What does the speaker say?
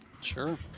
Sure